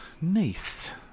Nice